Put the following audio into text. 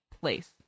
place